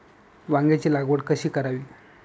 वांग्यांची लागवड कशी करावी?